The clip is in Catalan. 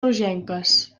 rogenques